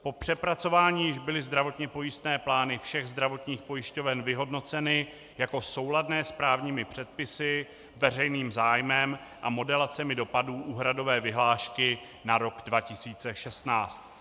Po přepracování již byly zdravotně pojistné plány všech zdravotních pojišťoven vyhodnoceny jako souladné s právními předpisy, veřejným zájmem a modelacemi dopadů úhradové vyhlášky na rok 2016.